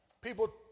people